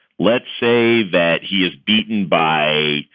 let's say that he is beaten by,